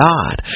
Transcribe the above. God